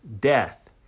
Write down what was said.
death